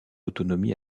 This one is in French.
autonomie